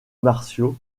martiaux